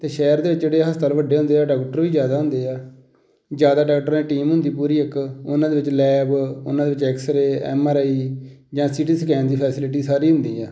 ਅਤੇ ਸ਼ਹਿਰ ਦੇ ਵਿੱਚ ਜਿਹੜੇ ਹਸਪਤਾਲ ਵੱਡੇ ਹੁੰਦੇ ਆ ਡਾਕਟਰ ਵੀ ਜ਼ਿਆਦਾ ਹੁੰਦੇ ਆ ਜ਼ਿਆਦਾ ਡਾਕਟਰਾਂ ਦੀ ਟੀਮ ਹੁੰਦੀ ਪੂਰੀ ਇੱਕ ਉਹਨਾਂ ਦੇ ਵਿੱਚ ਲੈਬ ਉਹਨਾਂ ਦੇ ਵਿੱਚ ਐਕਸਰੇ ਐੱਮ ਆਰ ਆਈ ਜਾਂ ਸਿਟੀ ਸਕੈਨ ਦੀ ਫੈਸਿਲਿਟੀ ਸਾਰੀ ਹੁੰਦੀ ਆ